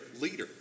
leader